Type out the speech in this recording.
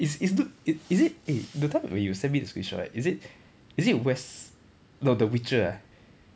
is is t~ i~ is it eh that time when you send me the screenshot right is it is it wes~ the the witcher ah